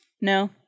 No